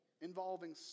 involving